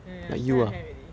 ya ya she tie her hair already